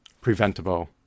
preventable